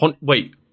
Wait